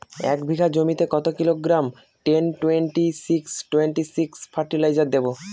এক বিঘা জমিতে কত kilogram ten twenty six twenty six fertiliser দেবো?